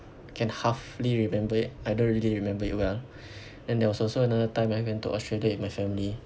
can halfly remember it I don't really remember it well then there was also another time I went to Australia with my family